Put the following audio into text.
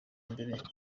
mbere